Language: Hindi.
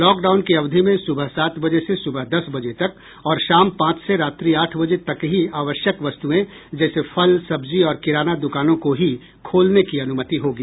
लॉकडाउन की अवधि में सुबह सात बजे से सुबह दस बजे तक और शाम पांच से रात्रि आठ बजे तक ही आवश्यक वस्तुएं जैसे फल सब्जी और किराना दुकानों को ही खोलने की अनुमति होगी